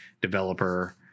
developer